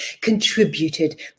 contributed